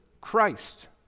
Christ